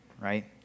right